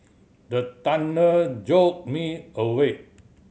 the thunder jolt me awake